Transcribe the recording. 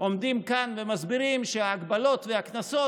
עומדים כאן ומסבירים שההגבלות והקנסות